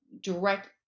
direct